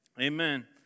Amen